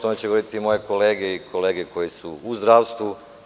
O tome će govoriti moje kolege i kolege koji su u zdravstvu.